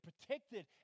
protected